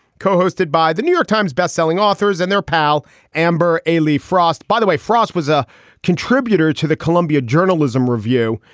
co-hosted by the new york times best selling authors and their pal amber aley. frost, by the way, frost was a contributor to the columbia journalism review.